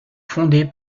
fondée